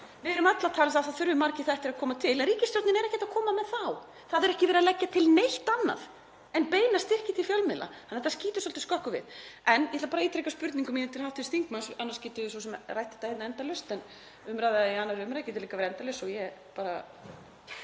Við erum öll að tala um að það þurfi margir þættir að koma til en ríkisstjórnin er ekkert að koma með þá. Það er ekki verið að leggja til neitt annað en beina styrki til fjölmiðla. Þannig að þetta skýtur svolítið skökku við. Ég ætla bara að ítreka spurningu mína til hv. þingmanns. Annars getum við svo sem rætt þetta hérna endalaust en umræða í 2. umr. getur líka verið endalaus (Gripið